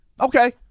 Okay